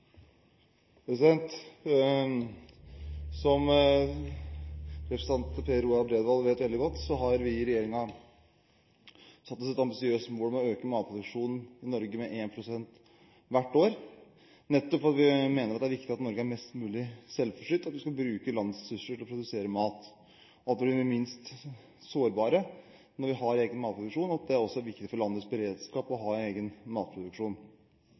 Som representanten Per Roar Bredvold vet veldig godt, har vi i regjeringen satt oss et ambisiøst mål om å øke matproduksjonen i Norge med 1 pst. hvert år, nettopp fordi vi mener det er viktig at Norge er mest mulig selvforsynt, og at vi skal bruke landets ressurser til å produsere mat. Vi mener at vi er minst sårbare når vi har egen matproduksjon, og at det også er viktig for landets beredskap å ha egen matproduksjon.